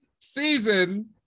season